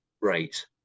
rate